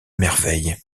merveille